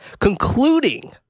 concluding